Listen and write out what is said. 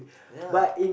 ya